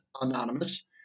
anonymous